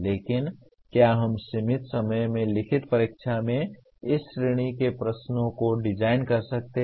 लेकिन क्या हम सीमित समय में लिखित परीक्षा में इस श्रेणी के प्रश्नों को डिजाइन कर सकते हैं